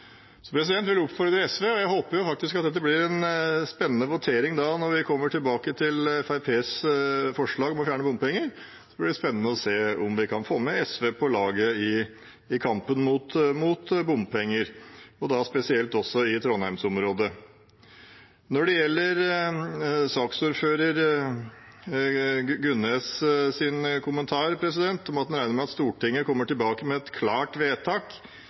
Jeg håper det blir en spennende votering når vi kommer tilbake med Fremskrittspartiets forslag om å fjerne bompenger. Det blir spennende å se om vi kan få med SV på laget i kampen mot bompenger, spesielt i Trondheims-området. Når det gjelder saksordfører Gunnes’ kommentar om at han regner med at Stortinget kommer tilbake med et klart vedtak